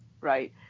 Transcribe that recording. right